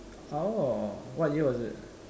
oh what year was it